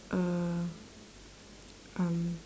a um